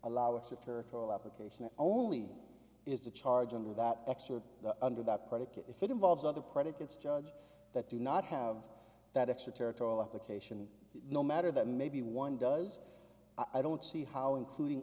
allow extra territorial application or only is the charge under that x or under that predicate if it involves other predicates judge that do not have that extra territorial application no matter that maybe one does i don't see how including